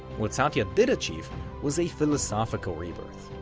what satya did achieve was a philosophical rebirth,